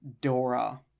Dora